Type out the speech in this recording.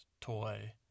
toy